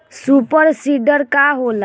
Super seeder का होला?